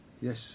Yes